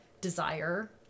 desire